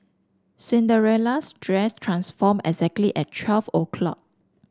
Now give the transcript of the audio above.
Cinderella's dress transformed exactly at twelve o'clock